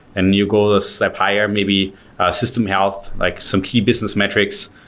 and you go a step higher, maybe system health, like some key business metrics,